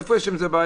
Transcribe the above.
איפה יש עם זה בעיה?